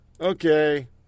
Okay